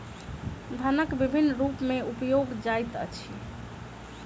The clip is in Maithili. धनक विभिन्न रूप में उपयोग जाइत अछि